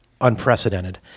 unprecedented